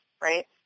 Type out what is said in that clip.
right